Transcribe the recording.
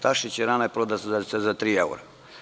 Ta šećerana je prodata za tri evra.